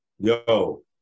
Yo